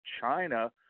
China